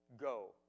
Go